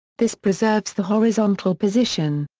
this preserves the horizontal position.